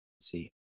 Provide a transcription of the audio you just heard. see